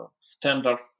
standard